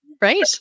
Right